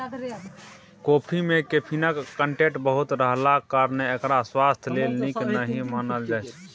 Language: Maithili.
कॉफी मे कैफीनक कंटेंट बहुत रहलाक कारणेँ एकरा स्वास्थ्य लेल नीक नहि मानल जाइ छै